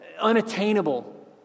unattainable